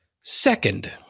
Second